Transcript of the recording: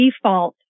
default